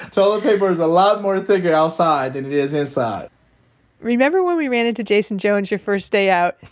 toilet paper is a lot more thicker outside than it is inside remember when we ran into jason jones your first day out?